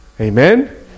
Amen